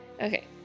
Okay